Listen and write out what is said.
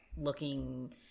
looking